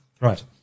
Right